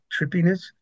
trippiness